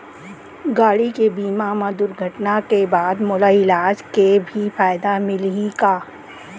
गाड़ी के बीमा मा दुर्घटना के बाद मोला इलाज के भी फायदा मिलही का?